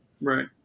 Right